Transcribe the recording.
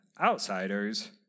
outsiders